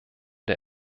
der